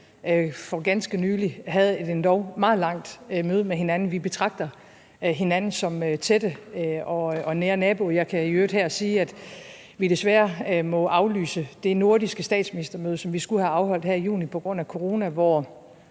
for ganske nylig havde et endog meget langt møde med hinanden; vi betragter hinanden som tætte og nære naboer. Jeg kan i øvrigt her sige, at vi desværre må aflyse det nordiske statsministermøde, som vi skulle have afholdt her i juli, på grund af corona, hvor